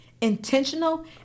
intentional